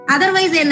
Otherwise